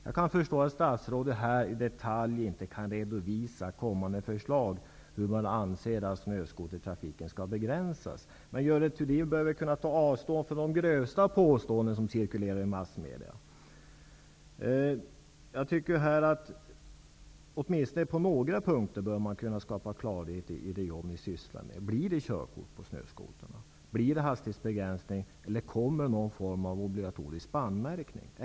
Jag kan förstå att statsrådet i detalj inte kan redovisa kommande förslag om hur snöskotertrafiken skall begränsas. Men Görel Thurdin bör väl kunna ta avstånd från de grövsta påståenden som cirkulerar i massmedia. Jag tycker att regeringen åtminstone på några punkter bör kunna skapa klarhet. Kommer det att bli körkort för snöskoter? Kommer det att införas hastighetsbegränsning eller blir det någon form av obligatorisk bandmärkning?